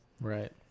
Right